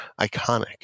Iconic